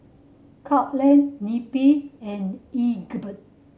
Courtland Neppie and Egbert